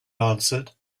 answered